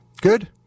Good